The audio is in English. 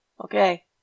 Okay